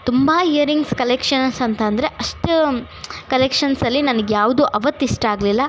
ತುಂಬ earrings collections ಅಂತೆಂದ್ರೆ ಅಷ್ಟು ಕಲೆಕ್ಷನ್ಸಲ್ಲಿ ನನಗ್ಯಾವುದು ಆವತ್ತು ಇಷ್ಟ ಆಗ್ಲಿಲ್ಲ